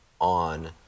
on